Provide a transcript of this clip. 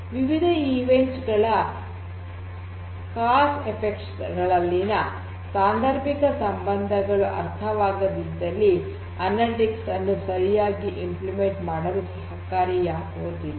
ವಿವಿಧ ಕಾರ್ಯಕ್ರಮಗಳ ಕಾರಣ ಪರಿಣಾಮಗಳಲ್ಲಿನ ಸಾಂಧರ್ಬಿಕ ಸಂಬಂಧಗಳು ಅರ್ಥವಾಗದಿದ್ದಲ್ಲಿ ಅನಲಿಟಿಕ್ಸ್ ಅನ್ನು ಸರಿಯಾಗಿ ಕಾರ್ಯಗತ ಮಾಡಲು ಸಹಕಾರಿಯಾಗುವುದಿಲ್ಲ